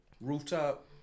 rooftop